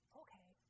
okay